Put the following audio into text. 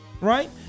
right